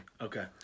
Okay